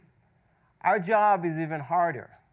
our job is even harder.